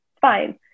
fine